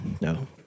No